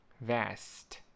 Vest